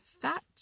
fat